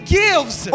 gives